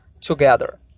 together